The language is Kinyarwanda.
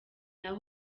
nayo